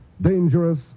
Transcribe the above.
dangerous